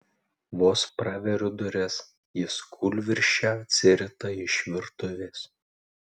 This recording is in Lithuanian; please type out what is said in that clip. vos praveriu duris jis kūlvirsčia atsirita iš virtuvės